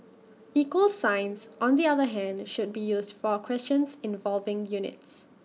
equal signs on the other hand should be used for questions involving units